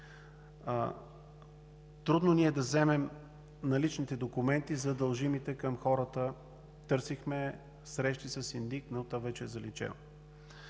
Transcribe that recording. Трудно ни е да вземем наличните документи за дължимото към хората – търсихме, срещи със синдик, но то вече е заличено.